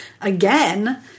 again